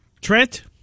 Trent